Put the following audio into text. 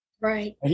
Right